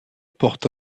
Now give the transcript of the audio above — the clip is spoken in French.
porte